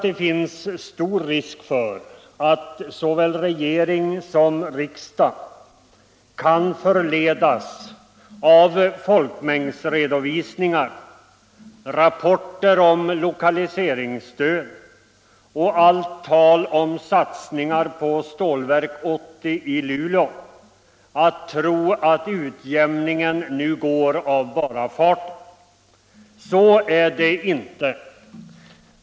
Det finns stor risk för att såväl regering som riksdag kan förledas av folkmängdsredovisningar, rapporter om lokaliseringsstöd och allt tal om satsningarna på Stålverk 80 i Luleå att tro att utjämningen går av bara farten. Så är det inte.